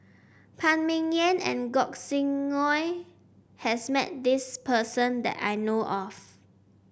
Phan Ming Yen and Gog Sing Hooi has met this person that I know of